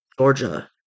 Georgia